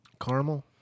Caramel